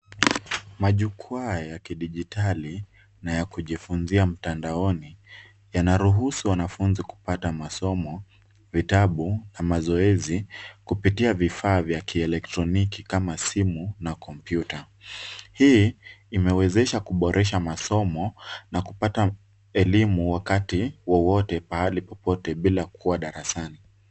Majukwaa ya kidijitali na ya kujifunzia mtandaoni yanaruhusu wanafunzi kupata masomo, vitabu na mazoezi, kupitia vifaa vya kielektroniki kama simu na kompyuta. Hiii imewezesha kuboresha masomo na kupata elimu wakati wote, pahali popote bila kuwa darasani.